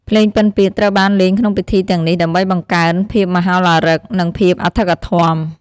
ភ្លេងពិណពាទ្យត្រូវបានលេងក្នុងពិធីទាំងនេះដើម្បីបង្កើនភាពមហោឡារឹក និងភាពអធិកអធម។